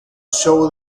show